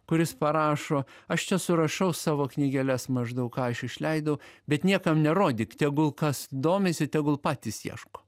kur jis parašo aš čia surašau savo knygeles maždaug ką aš išleidau bet niekam nerodyk tegul kas domisi tegul patys ieško